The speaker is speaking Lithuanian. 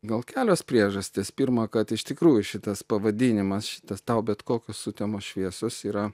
gal kelios priežastys pirma kad iš tikrųjų šitas pavadinimas šitas tau bet kokios sutemos šviesos yra